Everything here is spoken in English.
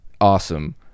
awesome